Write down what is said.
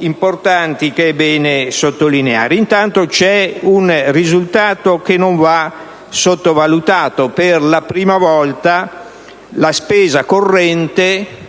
importanti che è bene sottolineare. Intanto c'è un risultato che non va sottovalutato. Per la prima volta la spesa corrente,